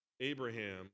Abraham